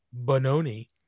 Bononi